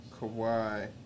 Kawhi